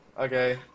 okay